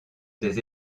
des